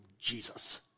Jesus